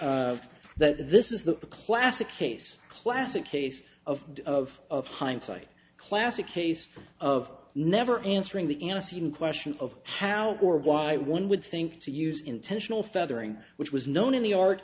that this is the classic case classic case of of hindsight classic case of never answering the question of how or why one would think to use intentional feathering which was known